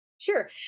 Sure